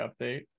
update